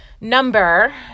number